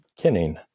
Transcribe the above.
kinning